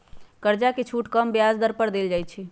कर्जा पर छुट कम ब्याज दर पर देल जाइ छइ